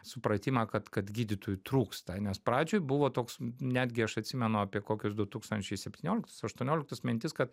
supratimą kad kad gydytojų trūksta nes pradžioj buvo toks netgi aš atsimenu apie kokius du tūkstančiai septynioliktus aštuonioliktus mintis kad